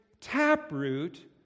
taproot